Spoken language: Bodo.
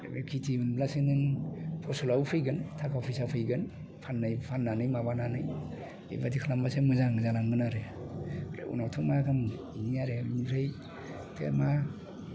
दा बे खेथि मोनब्लासो नों फसलाबो फैगोन थाखा फैसा फैगोन फाननाय फाननानै माबानानै बेबायदि खालामबासो मोजां जालांगोन आरो ओमफ्राय उनावथ' मा खालामनो बेनो आरो ओमफ्राय दा मा